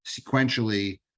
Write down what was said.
Sequentially